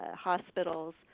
hospitals